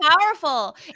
powerful